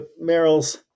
Merrill's